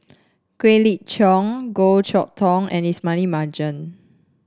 Quek Ling Kiong Goh Chok Tong and Ismail Marjan